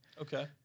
Okay